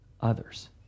others